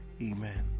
Amen